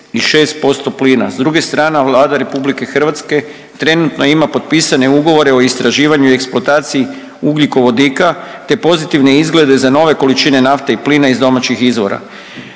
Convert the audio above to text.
96% plina, s druge strane, Vlada RH trenutno ima potpisane ugovore o istraživanju i eksploataciji ugljikovodika te pozitivne izglede na nove količine nafte i plina iz domaćih izvora.